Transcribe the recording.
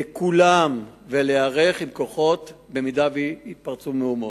לכולם, ולהיערך עם כוחות לאפשרות שיפרצו מהומות.